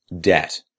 debt